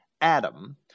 Adam